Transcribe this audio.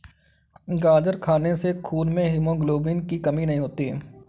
गाजर खाने से खून में हीमोग्लोबिन की कमी नहीं होती